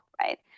right